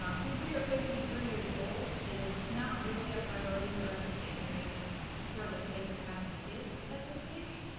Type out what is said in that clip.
um since we are fifty three years old, it is not really a priority for us to get married for the sake of having kids at this age.